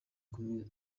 kumi